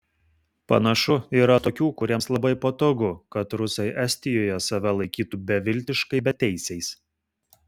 panašu yra tokių kuriems labai patogu kad rusai estijoje save laikytų beviltiškai beteisiais